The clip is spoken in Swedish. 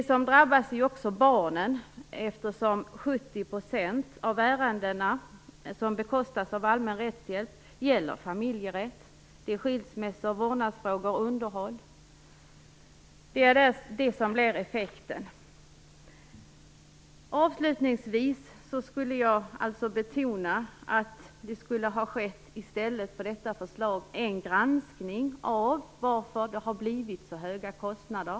De som drabbas är också barnen, eftersom 70 % av de ärenden som bekostas av allmän rättshjälp gäller familjerätt, t.ex. skilsmässor, vårdnadsfrågor och underhåll. Det är det som blir effekten. Avslutningsvis vill jag betona att det i stället för detta förslag borde ha skett en granskning av varför det har blivit så höga kostnader.